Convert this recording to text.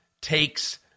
takes